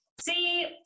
See